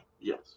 Yes